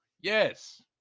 Yes